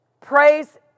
Praise